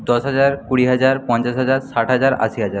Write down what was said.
দশ হাজার কুড়ি হাজার পঞ্চাশ হাজার ষাট হাজার আশি হাজার